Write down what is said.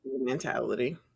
mentality